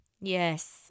Yes